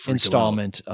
installment